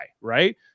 Right